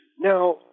Now